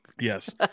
Yes